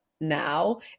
now